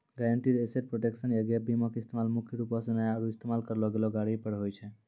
guaranteed asset protection या gap बीमा के इस्तेमाल मुख्य रूपो से नया आरु इस्तेमाल करलो गेलो गाड़ी पर होय छै